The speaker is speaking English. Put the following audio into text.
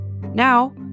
Now